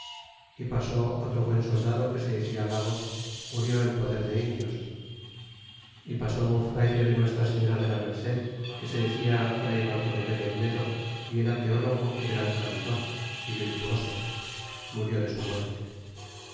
y pasó otro buen soldado que se decia lagos murió en poder de indios y pasó un frayle de nuestra señora de la merced que se decia fray bartolome de olmedo y era teólogo y gran cantor y virtuoso murió de su muerte